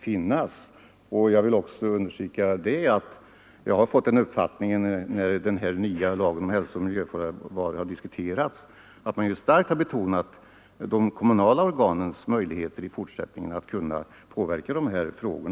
När den nya lagen om hälsooch miljöfarliga varor diskuterats har jag fått den uppfattningen att man mycket starkt betonat de kommunala organens möjligheter i fortsättningen att påverka dessa frågor.